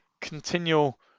continual